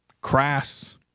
crass